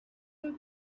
him